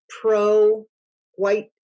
pro-white